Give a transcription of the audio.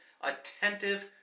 attentive